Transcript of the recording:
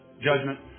judgment